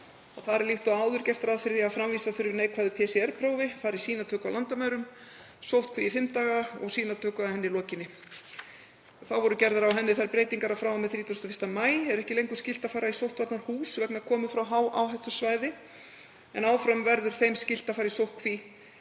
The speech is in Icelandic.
Þar er líkt og áður gert ráð fyrir því að framvísa þurfi neikvæðu PCR-prófi, fara í sýnatöku á landamærum, fara í sóttkví í fimm daga og sýnatöku að henni lokinni. Þá voru gerðar þær breytingar á reglugerðinni að frá og með 31. maí er ekki lengur skylt að fara í sóttvarnahús vegna komu frá hááhættusvæði, en áfram verður þeim skylt að fara í sóttkví í